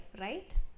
right